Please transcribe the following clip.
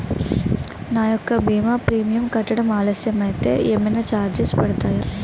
నా యెక్క భీమా ప్రీమియం కట్టడం ఆలస్యం అయితే ఏమైనా చార్జెస్ పడతాయా?